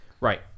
Right